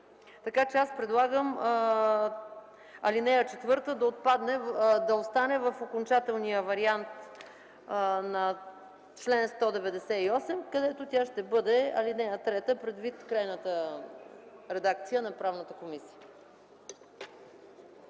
Така че аз предлагам ал. 4 да остане в окончателния вариант на чл. 198, където тя ще бъде ал. 3, предвид крайната редакция на Правната комисия.